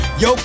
yo